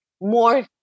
more